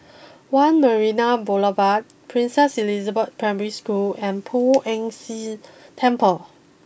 one Marina Boulevard Princess Elizabeth Primary School and Poh Ern Shih Temple